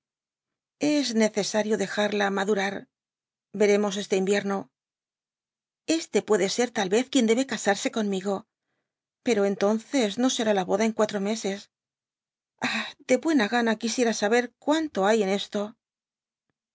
es ne cesarlo dejarla madurar yeremos este ina yiemo d este puede ser tal tez quien debe casarse conmigo pero entonces no será la boda en cuatro meses ah de buena gana quisiera saber cuanto hay en esto